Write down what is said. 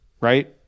right